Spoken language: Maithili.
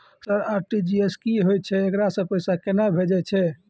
सर आर.टी.जी.एस की होय छै, एकरा से पैसा केना भेजै छै?